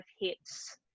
hits